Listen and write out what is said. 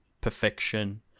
perfection